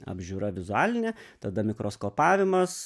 apžiūra vizualinė tada mikroskopavimas